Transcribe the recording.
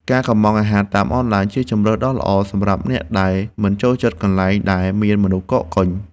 ការកុម្ម៉ង់អាហារតាមអនឡាញ ជាជម្រើសដ៏ល្អសម្រាប់អ្នកដែលមិនចូលចិត្តកន្លែងដែលមានមនុស្សកកកុញ។